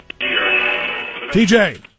TJ